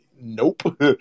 nope